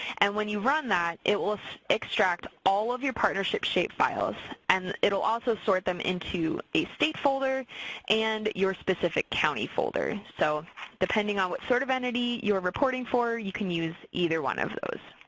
and when you run that, it will so extract all of your partnership shapefiles and it'll also sort them into a state folder and your specific county folder. so depending on what sort of entity you're reporting for, you can use either one of those.